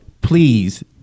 please